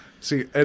See